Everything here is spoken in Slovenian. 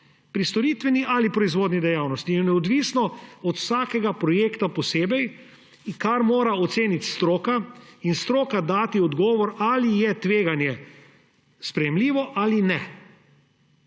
pri storitveni ali proizvodni dejavnosti in odvisno od vsakega projekta posebej, kar mora oceniti stroka in stroka dati odgovor, ali je tveganje sprejemljivo ali ne.